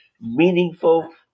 meaningful